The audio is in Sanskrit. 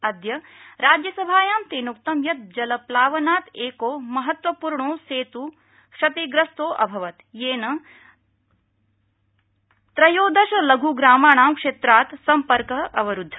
अद्य राज्यसभायां तेनोक्तम् यत् जलप्लावनात् क्कि महत्वपूर्णो सेत् क्षतिप्रस्तोऽभवत् येन त्रयोदश लघ्ग्रामाणाम् क्षेत्रात् सम्पर्क अवरुद्ध